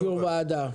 ועדה.